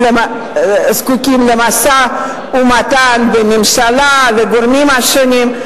זקוקים למשא-ומתן בין הממשלה לגורמים השונים.